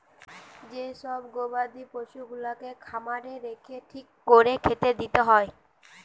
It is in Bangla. যে সব গবাদি পশুগুলাকে খামারে রেখে ঠিক কোরে খেতে দিতে হয়